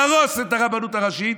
להרוס את הרבנות הראשית,